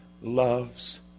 loves